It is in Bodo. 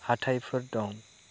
हाथायफोर दं